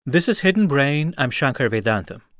this is hidden brain. i'm shankar vedantam